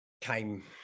came